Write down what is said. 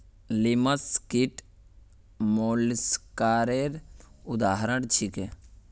लिमस कीट मौलुसकासेर उदाहरण छीके